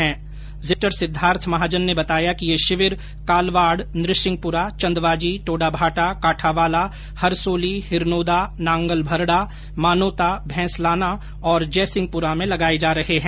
जिला कलेक्टर सिद्धार्थ महाजन ने बताया कि ये शिविर कालवाड़ नृसिंहपुरा चंदवाजी टोडाभाटा काठावाला हरसोली हिरनोदा नांगल मरड़ा मानोता भैंसलाना और जयसिंहपुरा में लगाये जा रहे है